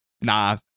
Nah